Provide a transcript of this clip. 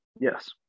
Yes